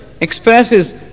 expresses